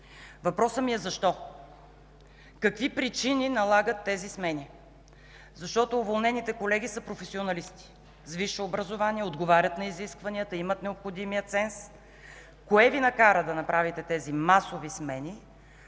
Въпросът ми е: защо? Какви причини налагат тези смени? Защото уволнените колеги са професионалисти, с висше образование, отговарят на изискванията, имат необходимия ценз. Кое Ви накара да направите тези масови смени?